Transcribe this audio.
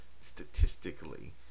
statistically